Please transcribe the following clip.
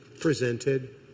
presented